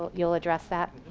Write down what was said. you'll address that.